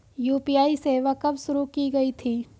UPI सेवा कब शुरू की गई थी?